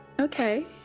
Okay